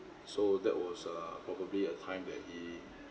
so that was uh probably a time that he